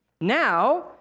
Now